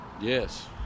Yes